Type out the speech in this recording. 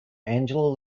angela